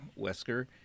Wesker